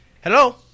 Hello